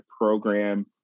program